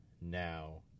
now